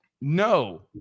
No